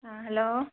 ꯑꯥ hello